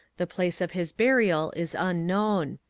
the place of his burial is unknown.